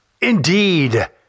indeed